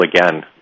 again